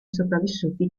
sopravvissuti